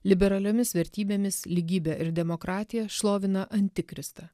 liberaliomis vertybėmis lygybe ir demokratija šlovina antikristą